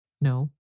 No